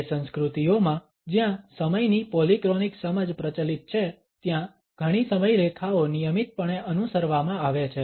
તે સંસ્કૃતિઓમાં જ્યાં સમયની પોલીક્રોનિક સમજ પ્રચલિત છે ત્યાં ઘણી સમયરેખાઓ નિયમિતપણે અનુસરવામાં આવે છે